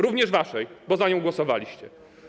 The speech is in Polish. Również waszej, bo za nią głosowaliście.